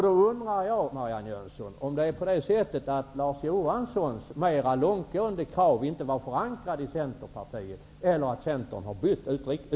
Då undrar jag, Marianne Jönsson, om Larz Johanssons mer långtgående krav inte var förankrade i Centerpartiet eller om Centerpartiet har bytt utbildningspolitik?